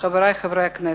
חברי חברי הכנסת,